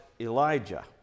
Elijah